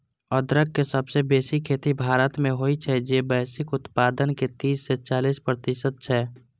अदरक के सबसं बेसी खेती भारत मे होइ छै, जे वैश्विक उत्पादन के तीस सं चालीस प्रतिशत छै